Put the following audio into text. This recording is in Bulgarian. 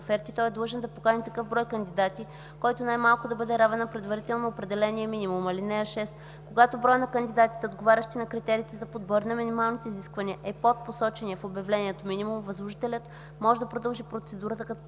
оферти, той е длъжен да покани такъв брой кандидати, който най-малко да бъде равен на предварително определения минимум. (6) Когато броят на кандидатите, отговарящи на критериите за подбор и на минималните изисквания, е под посочения в обявлението минимум, възложителят може да продължи процедурата, като